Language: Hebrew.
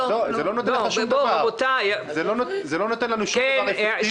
--- זה לא נותן לנו שום דבר אפקטיבי לגבי 12 החודשים שלפני כן.